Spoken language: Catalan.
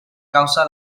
causa